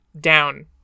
Down